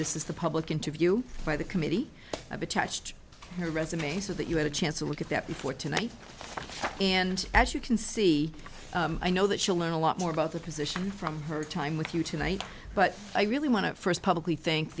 this is the public interview by the committee i've attached her resume so that you had a chance to look at that before tonight and as you can see i know that she'll learn a lot more about the position from her time with you tonight but i really want to first publicly think